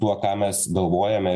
tuo ką mes galvojame